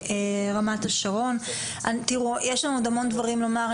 יש לנו עוד המון דברים לומר.